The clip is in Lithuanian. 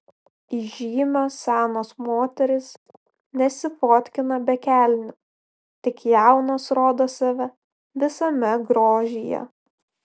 įžymios senos moterys nesifotkina be kelnių tik jaunos rodo save visame grožyje